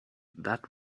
that